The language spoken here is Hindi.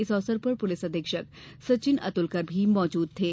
इस अवसर पर पुलिस अधीक्षक सचित अतुलकर भी मौजूद थे